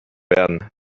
werden